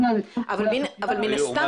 להם את חומרי החקירה שיוכלו לעשות --- אבל מן הסתם,